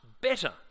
better